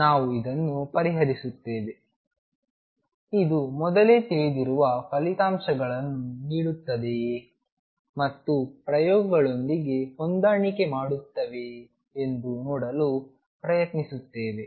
ನಾವು ಇದನ್ನು ಪರಿಹರಿಸುತ್ತೇವೆ ಇದು ಮೊದಲೇ ತಿಳಿದಿರುವ ಫಲಿತಾಂಶಗಳನ್ನು ನೀಡುತ್ತದೆಯೇ ಮತ್ತು ಪ್ರಯೋಗಗಳೊಂದಿಗೆ ಹೊಂದಾಣಿಕೆ ಮಾಡುತ್ತವೆಯೇ ಎಂದು ನೋಡಲು ಪ್ರಯತ್ನಿಸುತ್ತೇವೆ